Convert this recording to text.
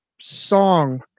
song